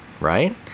right